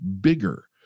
bigger